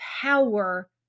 power